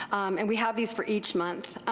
and we have these for each month,